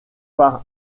par